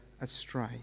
astray